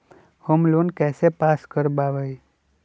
Home loan कैसे pass कर बाबई?